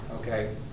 okay